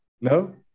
No